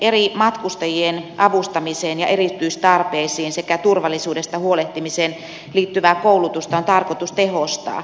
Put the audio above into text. eri matkustajien avustamiseen ja erityistarpeisiin sekä turvallisuudesta huolehtimiseen liittyvää koulutusta on tarkoitus tehostaa